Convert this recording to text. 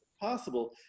possible